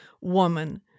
woman